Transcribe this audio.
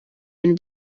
bintu